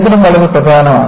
ചരിത്രം വളരെ പ്രധാനമാണ്